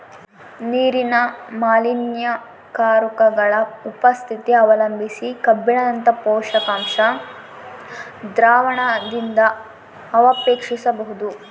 ನೀರಿನ ಮಾಲಿನ್ಯಕಾರಕಗುಳ ಉಪಸ್ಥಿತಿ ಅವಲಂಬಿಸಿ ಕಬ್ಬಿಣದಂತ ಪೋಷಕಾಂಶ ದ್ರಾವಣದಿಂದಅವಕ್ಷೇಪಿಸಬೋದು